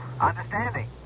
understanding